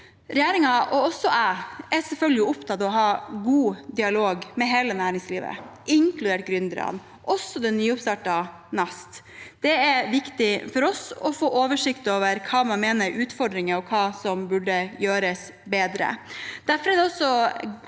Regjeringen og jeg er selvfølgelig opptatt av å ha god dialog med hele næringslivet, inkludert gründerne, også det nyoppstartede NAST. Det er viktig for oss å få oversikt over hva man mener er utfordringer, og hva som burde gjøres bedre.